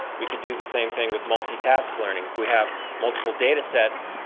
we could do the same thing with multi-task learning. if we have multiple data sets,